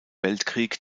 weltkrieg